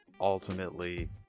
ultimately